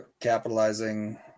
capitalizing